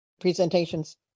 presentations